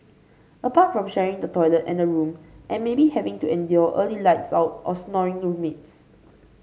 apart from sharing the toilet and a room and maybe having to endure early lights out or snoring roommates